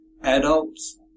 adults